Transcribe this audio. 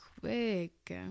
quick